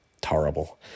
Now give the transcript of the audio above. terrible